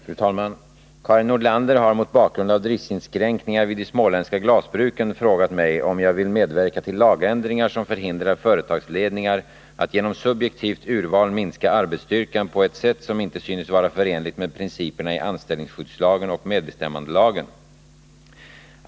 Fru talman! Karin Nordlander har mot bakgrund av driftsinskränkningarna vid de småländska glasbruken frågat mig om jag vill medverka till lagändringar som förhindrar företagsledningar att genom subjektivt urval minska arbetsstyrkan på ett sätt som inte synes vara förenligt med principerna i anställningsskyddslagen och medbestämmandelagen.